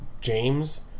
James